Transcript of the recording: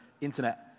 internet